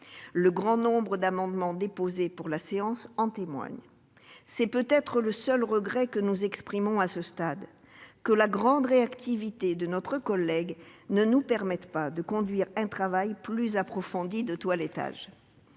le grand nombre d'amendements déposés pour la séance. C'est peut-être le seul regret que nous exprimons à ce stade : la grande réactivité de notre collègue ne nous permet pas de conduire un travail de toilettage